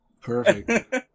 Perfect